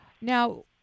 Now